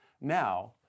now